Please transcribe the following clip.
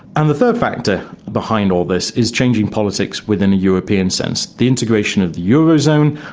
and the third factor behind all this is changing politics within a european sense. the integration of the eurozone,